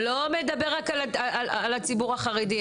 לא מדובר רק על הציבור החרדי,